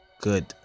good